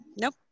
nope